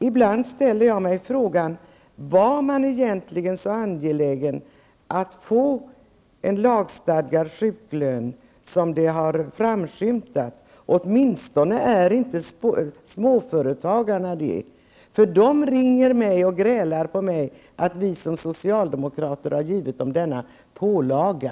Ibland undrar jag om det egentligen var så angeläget att få en lagstadgad sjuklön som det har framskymtat -- åtminstone är inte småföretagarna särskilt angelägna. Det ringer småföretagare till mig och grälar på mig för att vi socialdemokrater har givit dem denna pålaga.